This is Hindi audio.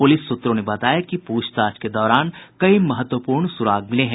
पुलिस सूत्रों ने बताया कि पूछताछ के दौरान कई महत्वपूर्ण सुराग मिले हैं